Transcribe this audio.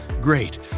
great